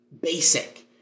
basic